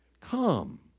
Come